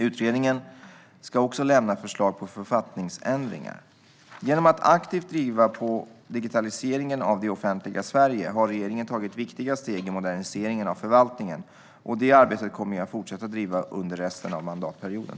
Utredningen ska också lämna förslag på författningsändringar. Genom att aktivt driva på digitaliseringen av det offentliga Sverige har regeringen tagit viktiga steg i moderniseringen av förvaltningen. Detta arbete kommer jag att fortsätta att driva under resten av mandatperioden.